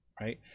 right